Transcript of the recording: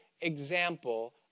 example